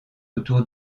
autour